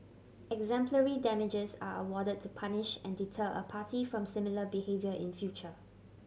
exemplary damages are awarded to punish and deter a party from similar behaviour in future